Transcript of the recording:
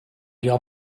your